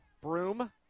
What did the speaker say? Broom